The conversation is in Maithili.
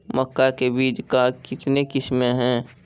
मक्का के बीज का कितने किसमें हैं?